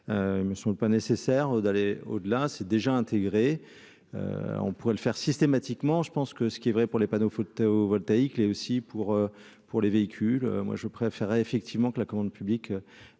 il ne sont pas nécessaire d'aller au-delà, c'est déjà intégré, on pourrait le faire systématiquement, je pense que ce qui est vrai pour les panneaux photovoltaïques l'est aussi pour pour les véhicules, moi je préférerais effectivement que la commande publique